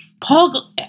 Paul